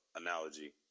analogy